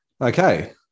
okay